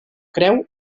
creu